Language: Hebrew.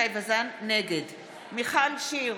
נגד מיכל שיר